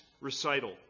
recital